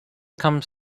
comes